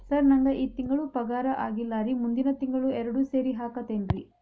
sir ನಂಗ ಈ ತಿಂಗಳು ಪಗಾರ ಆಗಿಲ್ಲಾರಿ ಮುಂದಿನ ತಿಂಗಳು ಎರಡು ಸೇರಿ ಹಾಕತೇನ್ರಿ